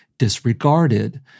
Disregarded